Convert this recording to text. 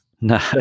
No